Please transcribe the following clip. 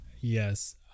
Yes